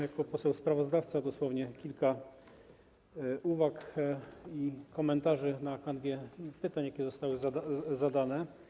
Jako poseł sprawozdawca wypowiem dosłownie kilka uwag i komentarzy na kanwie pytań, jakie zostały zadane.